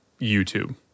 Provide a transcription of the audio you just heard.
YouTube